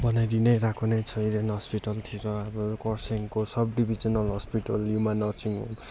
बनाइदिई नै रहेको नै छ इडेन हस्पिटलतिर अब खरसाङको सबडिभिजनल हस्पिटल युमा नर्सिङ होम